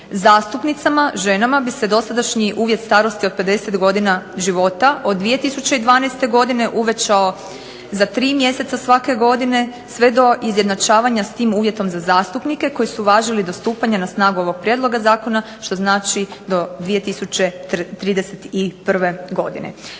Zastupnicama, ženama, bi se dosadašnji uvjet starosti od 50 godina života od 2012. godine uvećao za tri mjeseca svake godine, sve do izjednačavanja s tim uvjetom za zastupnike, koji su važili do stupanja na snagu ovog prijedloga zakona, što znači do 2031. godine.